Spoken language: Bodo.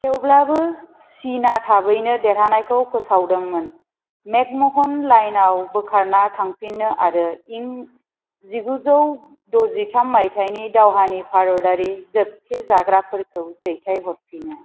थेवब्लाबो चिनआ थाबैनो देरहानायखौ फोसावदोंमोन मैकमोहन लाइनआव बोखारना थांफिनो आरो इं जिगुजौ द'जिथाम माइथायनि दावहानि भारतआरि जोबथेजाग्राफोरखौ दैथाय हरफिनो